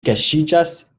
kaŝiĝas